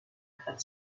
had